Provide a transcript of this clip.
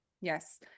Yes